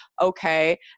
Okay